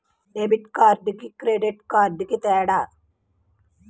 Debit కార్డుకి credit కార్డుకి తేడా?